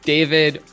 David